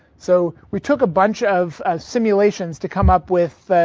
so we took a bunch of ah simulations to come up with